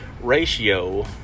ratio